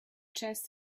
chest